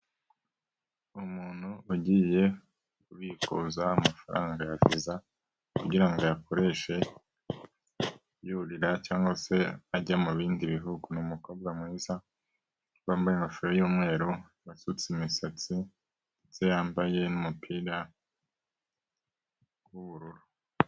Umuntu ugiye kubikuza amafaranga ya VIZA, kugira ngo ayakoreshe yurira cyangwa se ajya mu bindi bihugu. Ni umukobwa mwiza wambaye ingofero y'umweru, wasutse imisatsi, ndetse yambaye n'umupira w'ubururu.